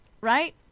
Right